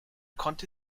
konnte